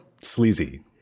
sleazy